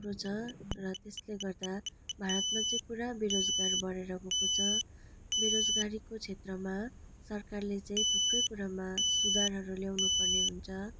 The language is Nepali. थुप्रो छ र त्यसले गर्दा भारतमा चाहिँ पुरा बेरोजगार बढेर गएको छ बेरोजगारीको क्षेत्रमा सरकारले चाहिँ थुप्रै कुरामा सुधारहरू ल्याउनु पर्ने हुन्छ